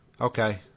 Okay